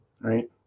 right